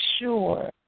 sure